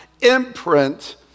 imprint